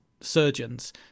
surgeons